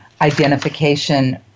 identification